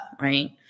right